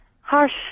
Harsh